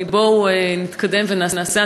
בואו נתקדם ונעשה.